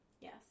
Yes